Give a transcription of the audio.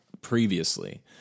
previously